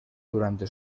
durante